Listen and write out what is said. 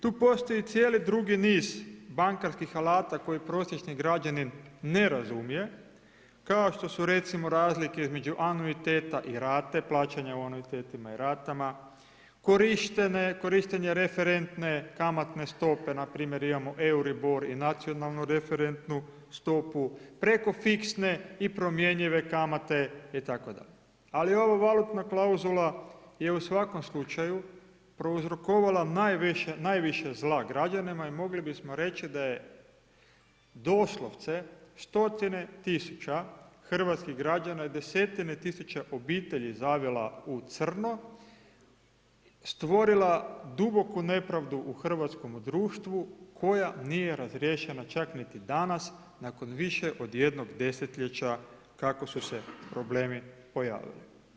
Tu postoji cijeli drugi niz bankarskih alata koji prosječni građanin ne razumije, kao što su recimo razlike između anuiteta i rate, plaćanje u anuitetima i ratama, korištenje referentne kamatne stope npr. imamo Euribor i Nacionalnu referentnu stopu, preko fiksne i promjenljive kamate itd., ali ova valutna klauzula je u svakom slučaju prouzrokovala najviše zla građanima i mogli bismo reći da je doslovce stotine tisuća hrvatskih građana i desetine tisuće obitelji zavila u crno, stvorila duboku nepravdu u hrvatskom društvu koja nije razriješena čak niti danas nakon više od jednog desetljeća kako su se problemi pojavili.